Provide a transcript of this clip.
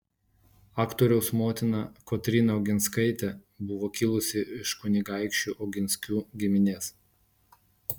aktoriaus motina kotryna oginskaitė buvo kilusi iš kunigaikščių oginskių giminės